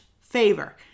favor